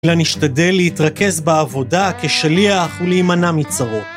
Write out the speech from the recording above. נא להשתדל להתרכז בעבודה כשליח ולהימנע מצרות